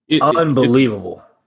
Unbelievable